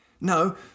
No